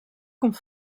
komt